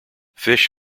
fish